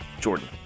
Jordan